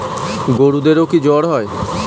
গরুদেরও কি জ্বর হয়?